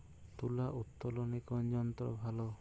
তুলা উত্তোলনে কোন যন্ত্র ভালো?